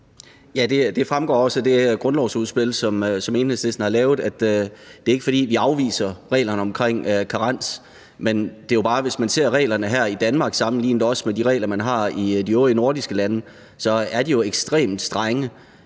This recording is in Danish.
det fremgår også af det grundlovsudspil, som Enhedslisten har lavet, at det ikke er, fordi vi afviser karensreglerne. Men det er jo bare sådan, at hvis vi ser på reglerne her i Danmark og sammenligner med de regler, man har i de øvrige nordiske lande, så er de ekstremt strenge.